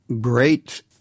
great